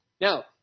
Now